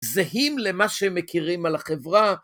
זהים למה שמכירים על החברה.